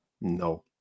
No